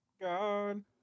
god